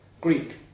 Greek